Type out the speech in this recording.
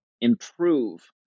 improve